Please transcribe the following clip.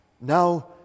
Now